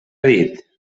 dit